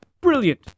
Brilliant